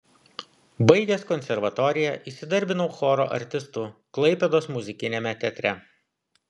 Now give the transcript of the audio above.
baigęs konservatoriją įsidarbinau choro artistu klaipėdos muzikiniame teatre